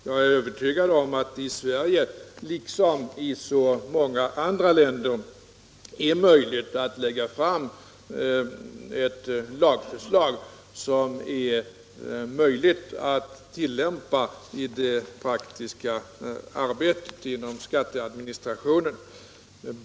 Jag är övertygad om att det i Sverige, liksom i så många andra länder, är möjligt att lägga fram ett lagförslag på detta område som går att tillämpa i det praktiska arbetet inom skatteadministrationen.